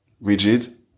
rigid